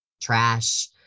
trash